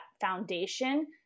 foundation